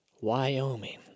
Wyoming